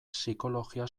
psikologia